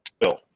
Bill